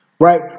Right